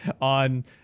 on